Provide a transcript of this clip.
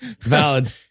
Valid